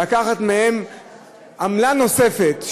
עמלה נוספת,